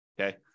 okay